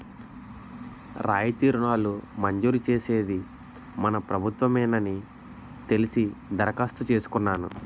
రాయితీ రుణాలు మంజూరు చేసేది మన ప్రభుత్వ మేనని తెలిసి దరఖాస్తు చేసుకున్నాను